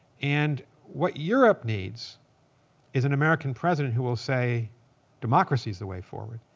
and what europe needs is an american president who will say democracy is the way forward.